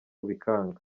bikanga